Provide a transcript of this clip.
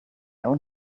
out